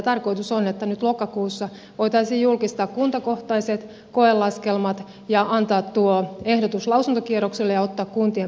tarkoitus on että nyt lokakuussa voitaisiin julkistaa kuntakohtaiset koelaskelmat ja antaa tuo ehdotus lausuntokierrokselle ja ottaa kuntien palaute vastaan